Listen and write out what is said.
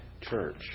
church